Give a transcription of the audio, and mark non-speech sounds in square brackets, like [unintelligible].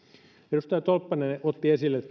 edustaja tolppanen otti esille [unintelligible]